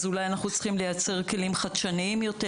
אז אולי אנחנו צריכים לייצר כלים חדשניים יותר,